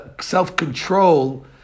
self-control